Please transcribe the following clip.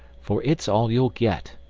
for it's all you'll get.